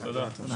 רבה.